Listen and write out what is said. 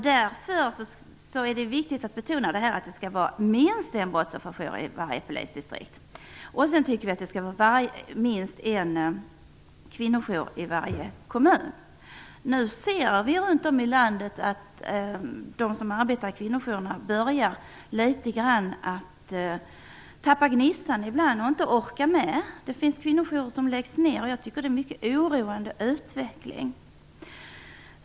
Därför är det viktigt att betona att det skall finnas minst en brottsofferjour i varje polisdistrikt och minst en kvinnojour i varje kommun. Nu kan man se runt om i landet att de som arbetar i kvinnojourer börjar att litet grand tappa gnistan. De orkar inte med. Det finns kvinnojourer som läggs ned, och det är en mycket oroande utveckling.